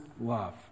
love